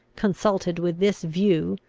consulted with this view,